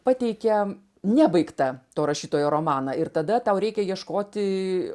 pateikia nebaigtą to rašytojo romaną ir tada tau reikia ieškoti